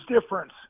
difference